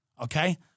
Okay